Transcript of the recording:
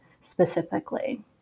specifically